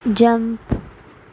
jump